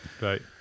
Right